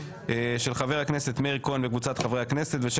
של חבר הכנסת מאיר כהן וקבוצת חברי הכנסת ושל